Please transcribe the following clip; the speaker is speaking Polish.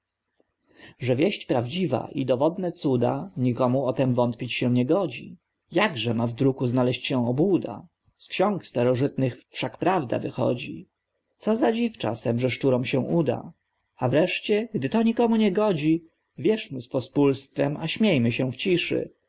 że wieść prawdziwa i dowodne cuda nikomu o tem wątpić się nie godzi jakże ma w druku znaleść się obłuda z xiąg starożytnych wszak prawda wychodzi co za dziw czasem że szczurom się uda a wreszcie gdy to nikomu nie szkodzi wierzmy z pospólstwem a śmiejmy się w ciszy